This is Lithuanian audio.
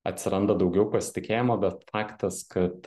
atsiranda daugiau pasitikėjimo bet faktas kad